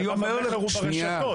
אני אומר לך, שנייה.